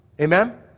Amen